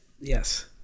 Yes